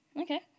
Okay